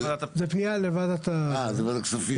זה פנייה לוועדת הכספים.